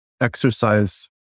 Exercise